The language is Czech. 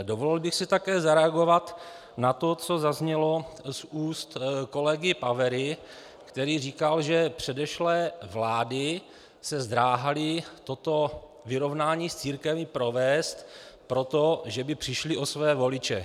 Dovolil bych si také zareagovat na to, co zaznělo z úst kolegy Pavery, který říkal, že předešlé vlády se zdráhaly toto vyrovnání s církvemi provést, protože by přišly o své voliče.